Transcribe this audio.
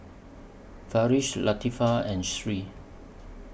Farish Latifa and Sri